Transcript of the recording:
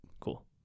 Cool